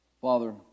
Father